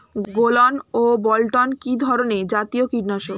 গোলন ও বলটন কি ধরনে জাতীয় কীটনাশক?